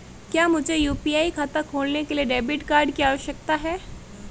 क्या मुझे यू.पी.आई खाता खोलने के लिए डेबिट कार्ड की आवश्यकता है?